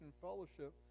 fellowship